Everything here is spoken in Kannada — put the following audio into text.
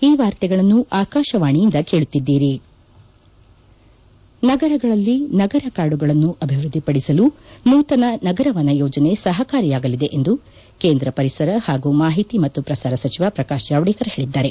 ಈ ವಾರ್ತೆಗಳನ್ನು ಆಕಾಶವಾಣಿಯಿಂದ ಕೇಳುತ್ತಿದ್ದೀರಿ ನಗರಗಳಲ್ಲಿ ನಗರ ಕಾಡುಗಳನ್ನು ಅಭಿವ್ವದ್ದಿಪಡಿಸುವುದಕ್ಕೆ ನೂತನ ನಗರ ವನ ಯೋಜನೆ ಸಹಕಾರಿಯಾಗಲಿದೆ ಎಂದು ಕೇಂದ್ರ ಪರಿಸರ ಹಾಗೂ ಮಾಹಿತಿ ಮತ್ತು ಪ್ರಸಾರ ಸಚಿವ ಪ್ರಕಾಶ್ ಜಾವಡೇಕರ್ ಹೇಳಿದ್ದಾರೆ